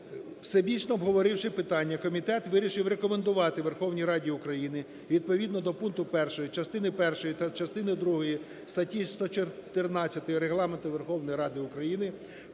Всебічно обговоривши питання, комітет вирішив рекомендувати Верховній Раді України відповідно до пункту 1 частини першої та частини другої статті 114 Регламенту Верховної Ради України